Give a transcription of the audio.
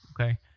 okay